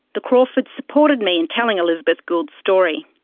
the crawfords supported me in telling elizabeth gould's story.